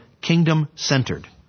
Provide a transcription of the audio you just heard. kingdom-centered